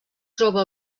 troba